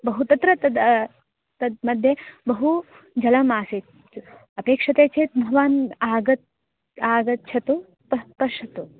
बहु तत्र तद् तद् मध्ये बहु जलम् आसीत् अपेक्ष्यते चेत् भवान् आगतः आगच्छतु पः पश्यतु